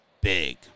big